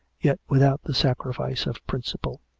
yet without the sacrifice of principle.